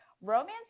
romance